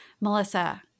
Melissa